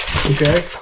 Okay